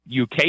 UK